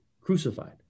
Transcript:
crucified